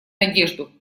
надежду